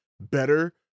better